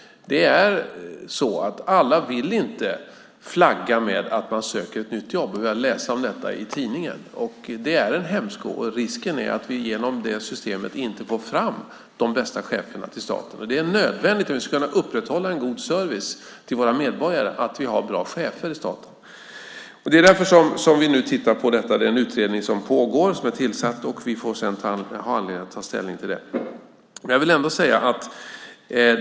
Det är så att alla inte vill flagga med att man söker ett nytt jobb och behöva läsa om detta i tidningen. Det är en hämsko. Risken är att vi genom ett sådant system inte får fram de bästa cheferna i staten. Det är nödvändigt, om vi ska kunna upprätthålla en god service till våra medborgare, att vi har bra chefer i staten. Det är därför som vi nu tittar på detta. Det har tillsatts en utredning som nu pågår. Vi får sedan anledning att ta ställning till den.